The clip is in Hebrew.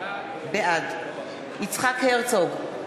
בעד יצחק הרצוג,